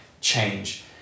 change